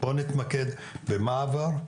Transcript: בוא נתמקד במה עבר,